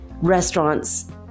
restaurants